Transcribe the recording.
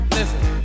Listen